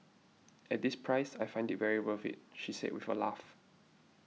at this price I find it very worth it she said with a laugh